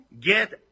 Get